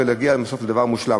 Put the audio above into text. ולהגיע בסוף לדבר מושלם.